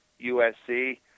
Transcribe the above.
USC